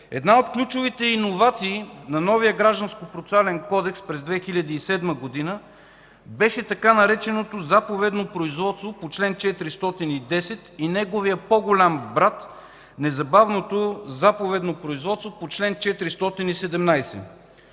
Една от ключовите иновации на новия Граждански процесуален кодекс през 2007 г. беше така нареченото „заповедно производство” по чл. 410 и неговият по-голям брат – незабавното заповедно производство по чл. 417.